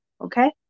Okay